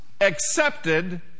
accepted